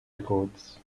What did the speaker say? records